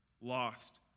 lost